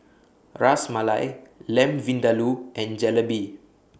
Ras Malai Lamb Vindaloo and Jalebi